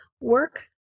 work